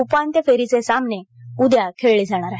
उपांत्यफेरीचे सामने उद्या खेळले जाणार आहेत